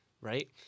right